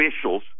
officials